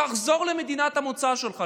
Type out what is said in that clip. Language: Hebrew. תחזור למדינת המוצא שלך.